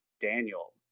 Daniel